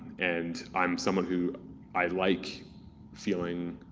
and i'm someone who i like feeling